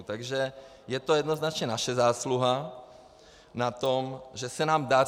Takže je to jednoznačně naše zásluha na tom, že se nám daří.